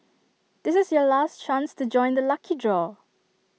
this is your last chance to join the lucky draw